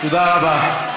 תודה רבה.